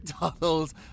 McDonald's